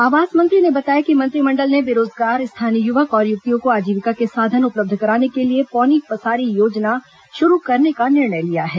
आवास मंत्री ने बताया कि मंत्रिमंडल ने बेरोजगार स्थानीय युवक और युवतियों को आजीविका के साधन उपलब्ध कराने के लिए पौनी पसारी योजना शुरू करने का निर्णय लिया है